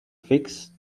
fix